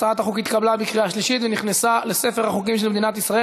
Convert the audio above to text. הצעת החוק התקבלה בקריאה שלישית ונכנסה לספר החוקים של מדינת ישראל.